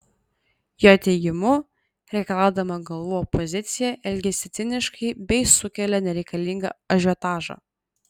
jo teigimu reikalaudama galvų opozicija elgiasi ciniškai bei sukelia nereikalingą ažiotažą